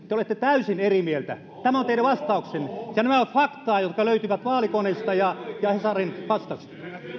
te te olette täysin eri mieltä tämä on teidän vastauksenne ja nämä ovat faktoja jotka löytyvät vaalikoneista ja ja hesarin